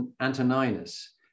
Antoninus